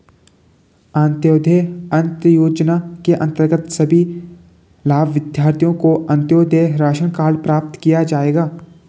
अंत्योदय अन्न योजना के अंतर्गत सभी लाभार्थियों को अंत्योदय राशन कार्ड प्रदान किया जाएगा